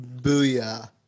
booyah